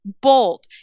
bold